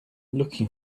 looking